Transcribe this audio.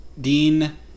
Dean